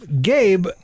Gabe